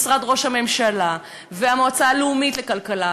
משרד ראש הממשלה והמועצה הלאומית לכלכלה,